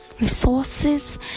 resources